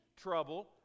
trouble